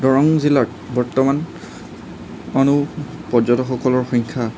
দৰং জিলাত বৰ্তমান কোনো পৰ্যটকসকলৰ সংখ্যা